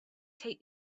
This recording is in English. take